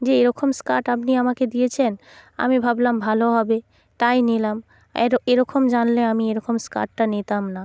যে এরকম স্কার্ট আপনি আমাকে দিয়েছেন আমি ভাবলাম ভালো হবে তাই নিলাম এরকম জানলে আমি এরকম স্কার্টটা নিতাম না